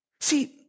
See